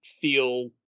feel